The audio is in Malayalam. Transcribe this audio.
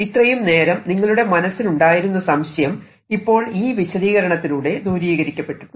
ഇത്രയും നേരം നിങ്ങളുടെ മനസിൽ ഉണ്ടായിരുന്ന സംശയം ഇപ്പോൾ ഈ വിശദീകരണത്തിലൂടെ ദൂരീകരിക്കപ്പെട്ടിട്ടുണ്ട്